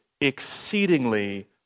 exceedingly